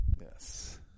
Yes